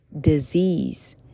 disease